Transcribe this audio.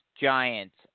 Giants